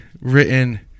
written